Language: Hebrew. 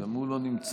גם הוא לא נמצא,